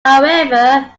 however